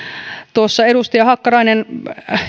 tuossa edustaja hakkarainen